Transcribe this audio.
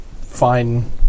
Fine